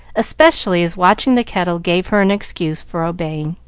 especially as watching the kettle gave her an excuse for obeying.